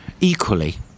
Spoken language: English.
equally